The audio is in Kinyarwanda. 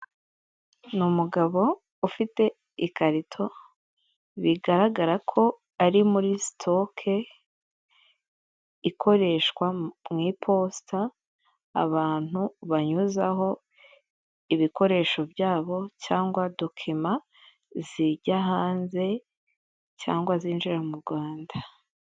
Ni umugabo ufite ikarito, bigaragara ko ari muri sitoke ikoreshwa mu iposita, abantu banyuzaho ibikoresho byabo cyangwa dokima zijya hanze cyangwa zinjira mu Rwanda.